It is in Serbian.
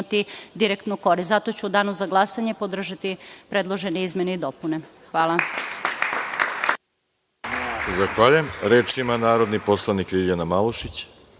direktnu korist. Zato ću u danu za glasanje podržati predložene izmene i dopune. Hvala.